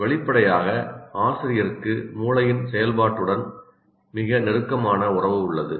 வெளிப்படையாக ஆசிரியருக்கு மூளையின் செயல்பாட்டுடன் மிக நெருக்கமான உறவு உள்ளது